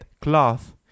cloth